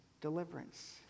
deliverance